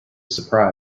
surprise